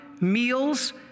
meals